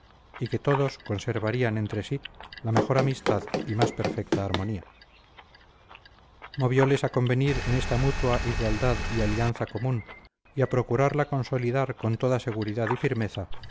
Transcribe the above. y que todos conservarían entre sí la mejor amistad y más perfecta armonía movióles a convenir en esta mutua igualdad y alianza común y a procurarla consolidar con toda seguridad y firmeza